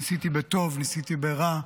ניסיתי בטוב, ניסיתי ברע,